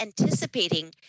anticipating